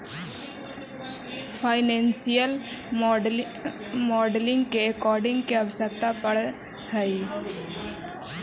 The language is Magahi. फाइनेंशियल मॉडलिंग में एकाउंटिंग के आवश्यकता पड़ऽ हई